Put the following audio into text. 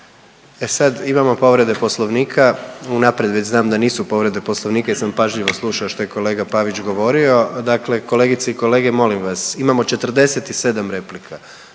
E sad imamo povrede Poslovnika. Unaprijed već znam da nisu povrede Poslovnika jer sam pažljivo slušao što je kolega Pavić govorio. Dakle, kolegice i kolege molim vas imamo 47 replika.